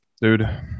dude